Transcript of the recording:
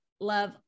love